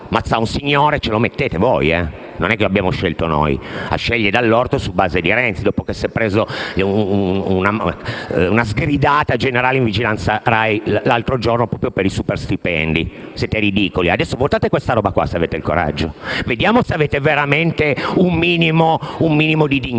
Mazzà. Ce lo mettete voi, non lo abbiamo scelto noi: lo sceglie Dall'Orto sulla base di quello che dice Renzi, dopo che si è preso una sgridata generale in Commissione vigilanza RAI l'altro giorno proprio per i superstipendi. Siete ridicoli. Adesso votate questa roba qua, se avete il coraggio. Vediamo se avete veramente un minimo di dignità.